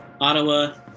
Ottawa